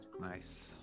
Nice